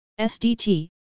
SDT